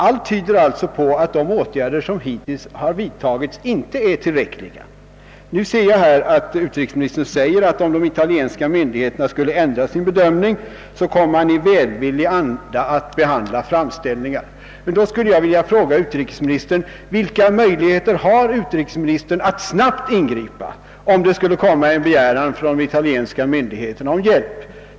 Allt tyder emellertid på att de åtgärder som hittills vidtagits är otillräckliga. Utrikesministern säger i svaret: »Skulle de italienska myndigheterna ändra sin bedömping, kommer vi att i välvillig anda behandla eventuella framställningar ———.» Jag vill då fråga: Vilka möjligheter har utrikesministern att snabbt ingripa, om det skulle komma en begäran om hjälp från de italienska myndigheterna?